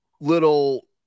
little